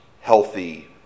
healthy